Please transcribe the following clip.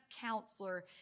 counselor